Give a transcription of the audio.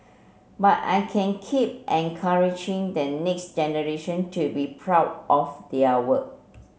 but I can keep encouraging the next generation to be proud of their work